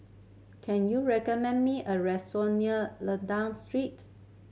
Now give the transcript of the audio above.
can you recommend me a restaurant near Lentor Street